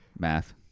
math